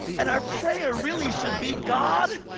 and our prayer really should be, god,